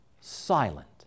Silent